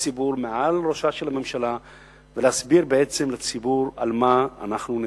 לציבור מעל ראשה של הממשלה ולהסביר לציבור על מה אנחנו נאבקים.